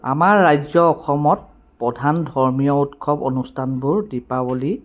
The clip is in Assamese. আমাৰ ৰাজ্য অসমত প্ৰধান ধৰ্মীয় উৎসৱ অনুষ্ঠানবোৰ দিপাৱলী